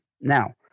Now